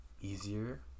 easier